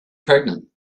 pregnant